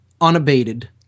unabated